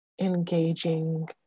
engaging